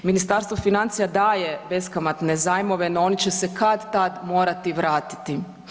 Ministarstvo financija daje beskamatne zajmove no oni će se kad-tad morati vratiti.